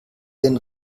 den